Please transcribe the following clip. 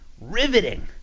riveting